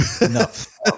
enough